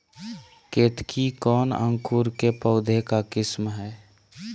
केतकी कौन अंकुर के पौधे का किस्म है?